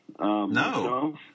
No